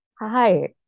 Hi